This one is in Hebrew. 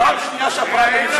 זה כבר פעם שנייה שהפריימריז, כן, כן.